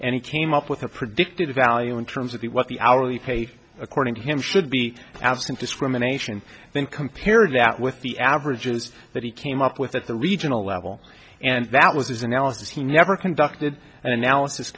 and he came up with a predicted value in terms of the what the hourly pay according to him should be absent discrimination then compare that with the averages that he came up with at the regional level and that was his analysis he never conducted an analysis